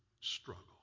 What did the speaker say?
struggle